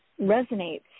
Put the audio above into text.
resonates